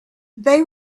they